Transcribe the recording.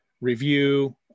review